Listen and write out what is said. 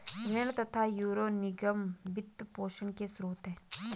ऋण तथा यूरो निर्गम वित्त पोषण के स्रोत है